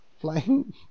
Flying